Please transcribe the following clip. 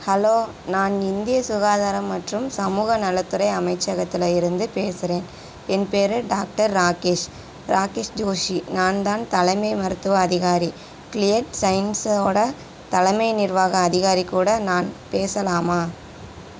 hello நான் இந்திய சுகாதாரம் மற்றும் சமூக நலத்துறை அமைச்சகத்தில் இருந்து பேசுகிறேன் என் பேரு டாக்டர் ராகேஷ் ராகேஷ் ஜோஷி நான் தான் தலைமை மருத்துவ அதிகாரி க்லியட் சைன்ஸோடு தலைமை நிர்வாக அதிகாரி கூட நான் பேசலாமா